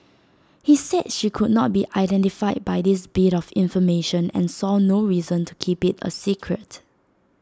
he said she could not be identified by this bit of information and saw no reason to keep IT A secret